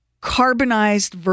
carbonized